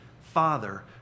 Father